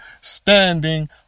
standing